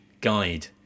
Guide